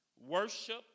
worship